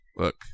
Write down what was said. Look